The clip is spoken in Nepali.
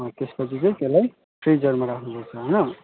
त्यसपछि चाहिँ त्यसलाई फ्रिजरमा राख्नुपर्छ होइन